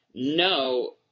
No